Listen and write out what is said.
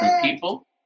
people